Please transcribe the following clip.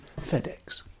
FedEx